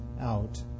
out